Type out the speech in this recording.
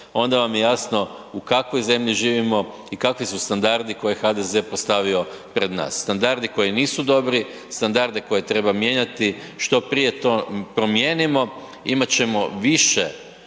Onda vam je jasno u kakvoj zemlji živimo i kakvi su standardi koje je HDZ postavio pred nas. Standardi koji nisu dobri, standarde koje treba mijenjati. Što prije to promijenimo imat ćemo više